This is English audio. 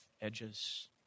edges